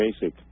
basic